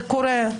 קורה.